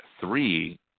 three